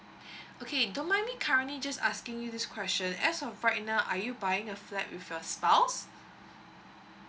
okay don't mind me currently just asking you this question as of right now are you buying a flat with your spouse